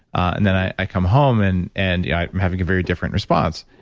and then i come home and and yeah i'm having a very different response.